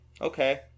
Okay